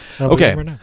okay